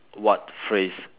what phrase